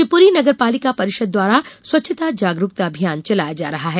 शिवप्री नगरपालिका परिषद द्वारा स्वच्छता जागरूकता अभियान चलाया जा रहा है